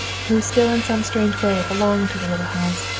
who still in some strange way belonged to the little house,